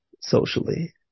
socially